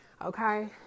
okay